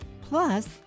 plus